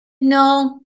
No